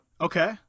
okay